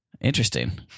Interesting